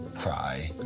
cry